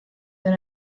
than